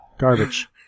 Garbage